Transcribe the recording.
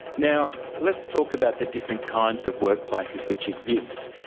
now let's talk about the different kinds of workplaces which exist.